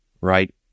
Right